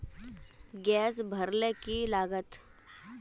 Gas भरले की लागत?